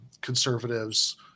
conservatives